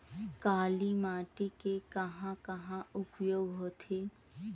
काली माटी के कहां कहा उपयोग होथे?